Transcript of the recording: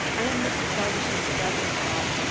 i am mr. felderson's brother-in-law.